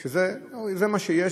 זה מה שיש,